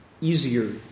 easier